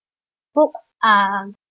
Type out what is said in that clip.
books are